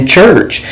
church